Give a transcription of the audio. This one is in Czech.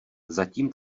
zatím